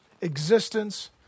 existence